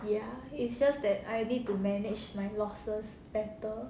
ya it's just that I need to manage my losses better